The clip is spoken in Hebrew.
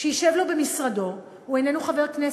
שישב לו במשרדו, הוא איננו חבר כנסת,